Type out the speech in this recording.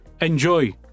enjoy